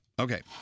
okay